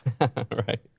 Right